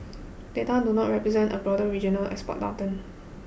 data do not represent a broader regional export downturn